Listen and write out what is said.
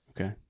Okay